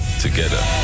together